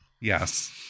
Yes